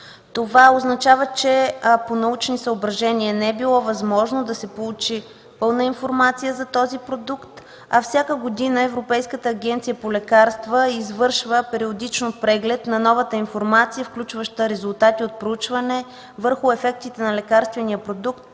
Това означава, че по научни съображения не е било възможно да се получи пълна информация за този продукт, а всяка година Европейската агенция по лекарствата извършва периодично преглед на новата информация, включваща резултати от проучване върху ефектите на лекарствения продукт